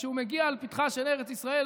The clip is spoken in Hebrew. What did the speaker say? וכשהוא מגיע לפתחה של ארץ ישראל,